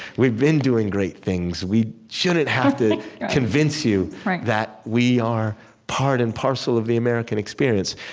we've been doing great things. we shouldn't have to convince you that we are part and parcel of the american experience.